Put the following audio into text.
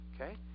Okay